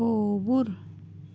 کھووُر